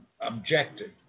objective